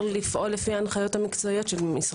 לפעול לפי ההנחיות המקצועית של משרד הבריאות.